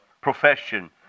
profession